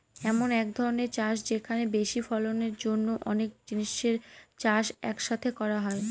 এমন এক ধরনের চাষ যেখানে বেশি ফলনের জন্য অনেক জিনিসের চাষ এক সাথে করা হয়